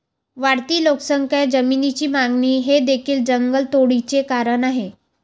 वाढती लोकसंख्या, जमिनीची मागणी हे देखील जंगलतोडीचे कारण आहे